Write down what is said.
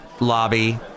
lobby